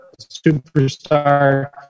superstar